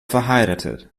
verheiratet